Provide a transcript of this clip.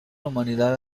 humanidad